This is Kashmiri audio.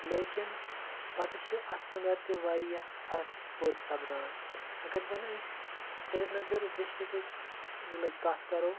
لیکِن پَتہٕ چھِ اَتھ انٛدر تہِ واریاہ فرق پٲد سَپدان اگر زَن أسۍ سریٖنگَر ڈِسٹِرٛکٕچ ضلعٕچ کَتھ کَرو